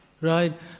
Right